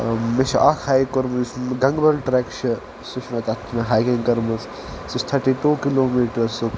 مےٚ چھُ اکھ ہایِک کوٚرمُت یُس گنگبل ٹرٛیک چھ سُہ چھُ مےٚ تتھ چھِ مےٚ ہایکنٛگ کٔرمِٕژ سُہ چھُ تھٹی ٹوٗ کلوٗ میٖٹرسُک